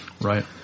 Right